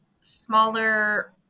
smaller